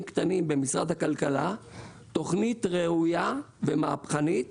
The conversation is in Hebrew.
קטנים במשרד הכלכלה תוכנית ראויה ומהפכנית